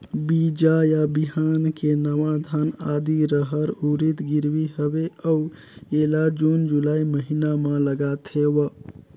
बीजा या बिहान के नवा धान, आदी, रहर, उरीद गिरवी हवे अउ एला जून जुलाई महीना म लगाथेव?